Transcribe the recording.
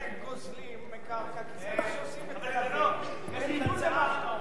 הצעת החוק תהיה לספק, בניגוד למה שאתה אומר.